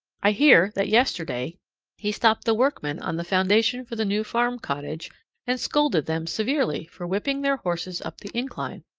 i hear that yesterday he stopped the workmen on the foundation for the new farm cottage and scolded them severely for whipping their horses up the incline!